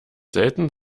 selten